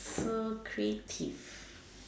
so creative